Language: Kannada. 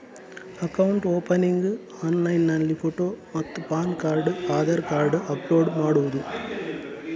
ಅಕೌಂಟ್ ಓಪನಿಂಗ್ ಆನ್ಲೈನ್ನಲ್ಲಿ ಫೋಟೋ ಮತ್ತು PAN card Aadhaar card upload ಮಾಡುವುದು?